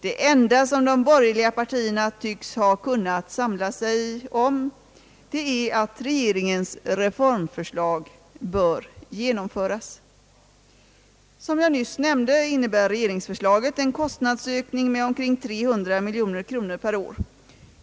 Det enda som de borgerliga partierna tycks ha kunnat ena sig om är att regeringens reformförslag bör genomföras. Som jag nyss nämnde innebär regeringsförslaget en kostnadsökning med omkring 300 miljoner kronor per år.